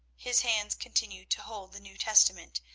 his hands continued to hold the new testament,